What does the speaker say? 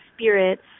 spirits